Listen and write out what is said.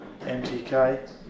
MTK